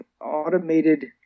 automated